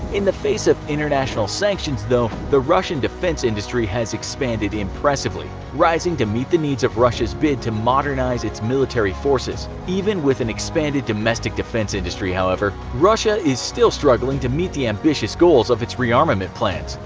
in the face of international sanctions though, the russian defense industry has expanded impressively, rising to meet the needs of russia's bid to modernize its military forces. even with an expanded domestic defense industry however, russia is still struggling to meet the ambitious goals of its rearmament plans,